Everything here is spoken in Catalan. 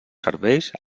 serveis